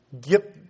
get